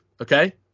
okay